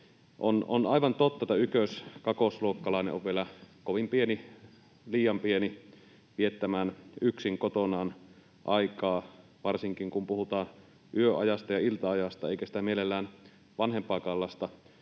On aivan totta, että ykkös—kakkosluokkalainen on vielä kovin pieni — liian pieni viettämään yksin kotonaan aikaa, varsinkin kun puhutaan yöajasta ja ilta-ajasta, eikä sitä mielellään vanhempaakaan lasta